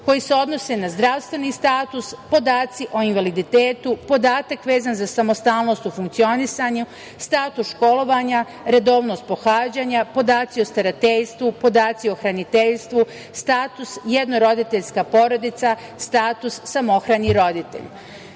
koji se odnose na zdravstveni status, podaci o invaliditetu, podatak vezan za samostalnost u funkcionisanju, status školovanja, redovnost pohađanja, podaci o starateljstvu, podaci o hraniteljstvu, status jednoroditeljska porodica, status samohrani roditelj. Kada